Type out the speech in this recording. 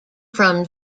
from